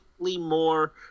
more